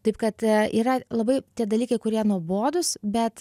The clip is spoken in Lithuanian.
taip kad yra labai tie dalykai kurie nuobodūs bet